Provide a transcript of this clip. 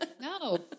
no